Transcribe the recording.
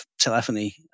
telephony